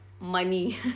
money